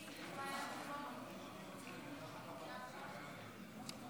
לרשותך שלוש דקות.